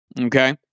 okay